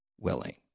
willing